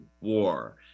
war